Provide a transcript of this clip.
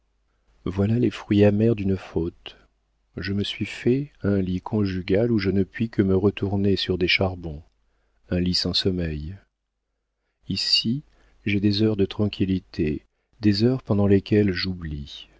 voilà les fruits amers d'une faute je me suis fait un lit conjugal où je ne puis que me retourner sur des charbons un lit sans sommeil ici j'ai des heures de tranquillité des heures pendant lesquelles j'oublie